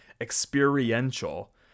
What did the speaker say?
experiential